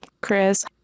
Chris